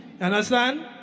Understand